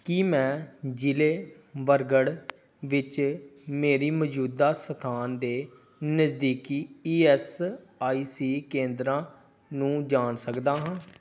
ਕੀ ਮੈਂ ਜ਼ਿਲ੍ਹੇ ਬਰਗੜ੍ਹ ਵਿੱਚ ਮੇਰੀ ਮੌਜੂਦਾ ਸਥਾਨ ਦੇ ਨਜ਼ਦੀਕੀ ਈ ਐੱਸ ਆਈ ਸੀ ਕੇਂਦਰਾਂ ਨੂੰ ਜਾਣ ਸਕਦਾ ਹਾਂ